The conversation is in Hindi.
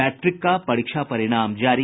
मैट्रिक का परीक्षा परिणाम जारी